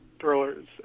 thrillers